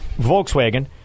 Volkswagen